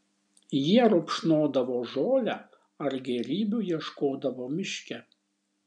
jie rupšnodavo žolę ar gėrybių ieškodavo miške